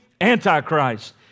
Antichrist